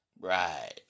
Right